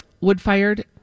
wood-fired